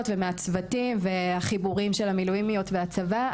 ומהצוותים והחיבורים של המילואימיות והצבא,